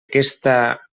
aquesta